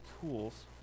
tools